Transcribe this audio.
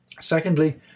Secondly